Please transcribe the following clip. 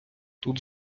тут